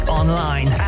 online